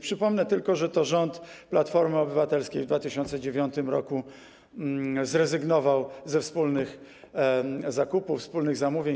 Przypomnę tylko, że to rząd Platformy Obywatelskiej w 2009 r. zrezygnował ze wspólnych zakupów, wspólnych zamówień.